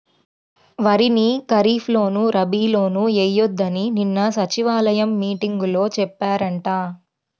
వరిని ఖరీప్ లోను, రబీ లోనూ ఎయ్యొద్దని నిన్న సచివాలయం మీటింగులో చెప్పారంట